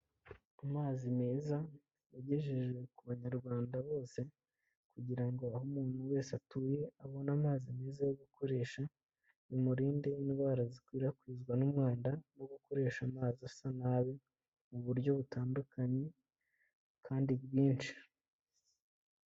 Amazi meza yagejejwe ku banyarwanda bose kugira aho umuntu wese atuye abone amazi meza yo gukoresha bimurinde indwara zikwirakwizwa n'umwanda no gukoresha amazi asa nabi mu buryo butandukanye kandi bwinshi.